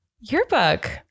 yearbook